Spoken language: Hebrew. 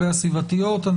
הסביבתיות.